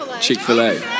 Chick-fil-A